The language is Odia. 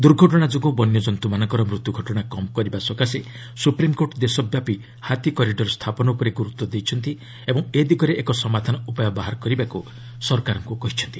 ଦୁର୍ଘଟଣା ଯୋଗୁଁ ବନ୍ୟଜନ୍ତୁମାନଙ୍କର ମୃତ୍ୟୁ ଘଟଣା କମ୍ କରିବା ସକାଶେ ସୁପ୍ରିମ୍କୋର୍ଟ ଦେଶ ବ୍ୟାପୀ ହାତୀ କରିଡ଼ର ସ୍ଥାପନ ଉପରେ ଗୁରୁତ୍ୱ ଦେଇଛନ୍ତି ଓ ଏ ଦିଗରେ ଏକ ସମାଧାନ ଉପାୟ ବାହାର କରିବାକୁ ସରକାରଙ୍କୁ କହିଛନ୍ତି